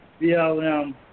BLM